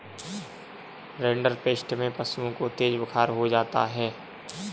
rinderpest में पशुओं को तेज बुखार हो जाता है